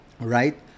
right